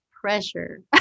pressure